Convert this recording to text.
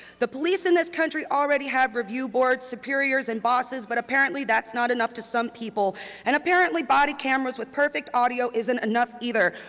the police in this country already have review boards, superiors and bosses but apparently that's not enough to some people and apparently body cameras with perfect audio isn't enough either.